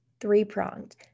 three-pronged